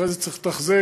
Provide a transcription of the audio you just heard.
אחרי זה צריך לתחזק,